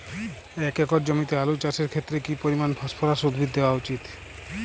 এক একর জমিতে আলু চাষের ক্ষেত্রে কি পরিমাণ ফসফরাস উদ্ভিদ দেওয়া উচিৎ?